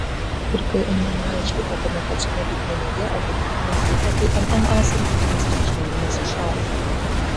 ir kai mma išliko tame pačiame lygmenyje o vidutinė krito tai mma santykinis reikšmingumas išaugo